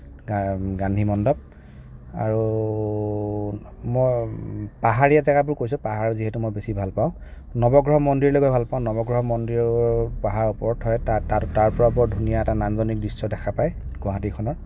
গান্ধী মণ্ডপ আৰু মই পাহাৰীয়া জেগাবোৰ কৈছো পাহাৰ যিহেতু মই বেছি ভাল পাওঁ নৱগ্ৰহ মন্দিৰলৈ গৈ ভাল পাওঁ নৱগ্ৰহ মন্দিৰৰ পাহাৰৰ ওপৰৰ ঠাইত তাৰ পৰা বৰ ধুনীয়া এটা নান্দনিক দৃশ্য দেখা পায় গুৱাহাটীখনৰ